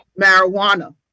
marijuana